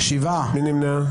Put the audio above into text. מי נמנע?